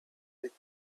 with